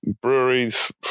breweries